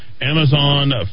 Amazon